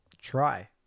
try